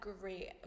great